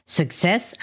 success